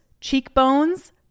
cheekbones